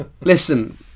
Listen